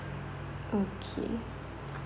okay